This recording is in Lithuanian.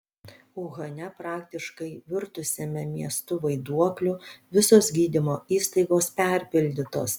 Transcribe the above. uhane praktiškai virtusiame miestu vaiduokliu visos gydymo įstaigos perpildytos